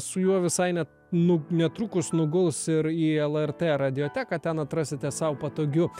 su juo visai ne nu netrukus nuguls ir į lrt radioteką ten atrasite sau patogiu